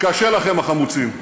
קשה לכם, החמוצים.